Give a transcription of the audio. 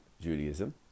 Judaism